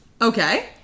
Okay